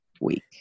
week